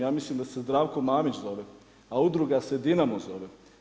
Ja mislim da se Zdravko Mamić zove, a udruga se Dinamo zove.